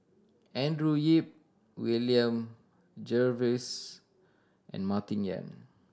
Andrew Yip William Jervois and Martin Yan